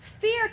Fear